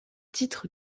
titre